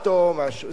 זה היה הרצל.